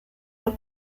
los